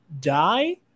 die